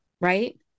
Right